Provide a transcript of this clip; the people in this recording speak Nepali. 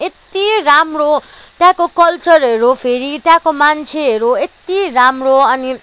यति राम्रो त्यहाँको कल्चरहरू फेरि त्यहाँको मान्छेहरू यति राम्रो अनि